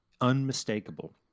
unmistakable